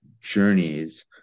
journeys